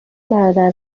برادر